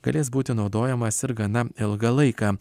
galės būti naudojamas ir gana ilgą laiką